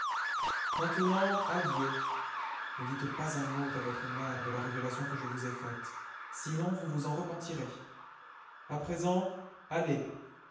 maintenant adieu ne dites pas un mot à votre mère de la révélation que je vous ai faite sinon vous vous en repentirez a présent allez